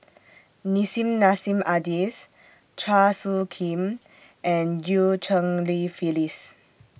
Nissim Nassim Adis Chua Soo Khim and EU Cheng Li Phyllis